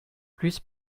plus